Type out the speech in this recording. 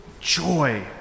joy